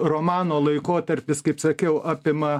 romano laikotarpis kaip sakiau apima